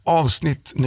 avsnitt